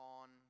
on